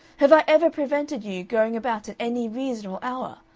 have i ever prevented you going about at any reasonable hour?